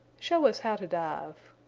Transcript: show us how to dive.